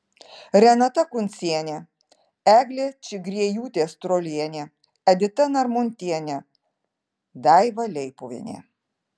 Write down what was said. renata kuncienė eglė čigriejūtė strolienė edita narmontienė daiva leipuvienė